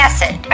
Acid